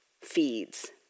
feeds